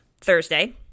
Thursday